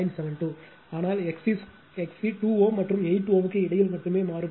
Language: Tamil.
72 ஆனால் XC 2 Ω மற்றும் 8 Ω க்கு இடையில் மட்டுமே மாறுபடும்